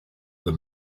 them